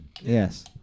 Yes